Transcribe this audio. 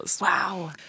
Wow